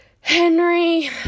Henry